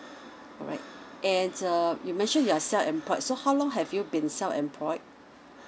alright and uh you mentioned you are self employed so how long have you been self employed